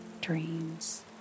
dreams